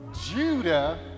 Judah